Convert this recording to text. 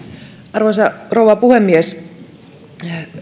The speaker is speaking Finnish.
arvoisa rouva puhemies